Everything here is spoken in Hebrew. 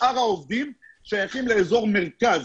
שאר העובדים שייכים לאזור מרכז.